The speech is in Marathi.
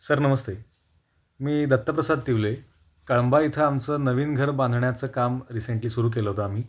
सर नमस्ते मी दत्तप्रसाद तिवले कळंबा इथं आमचं नवीन घर बांधण्याचं काम रिसेंटली सुरू केलं होत आम्ही